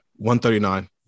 139